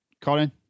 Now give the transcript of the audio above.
Colin